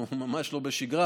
אנחנו ממש לא בשגרה,